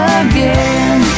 again